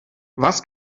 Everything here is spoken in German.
was